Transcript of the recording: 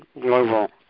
global